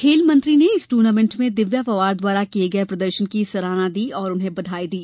खेल मंत्री ने इस टूर्नामेंट में दिव्या पवार द्वारा किए प्रदर्शन की सराहना की और उन्हें बधाई दी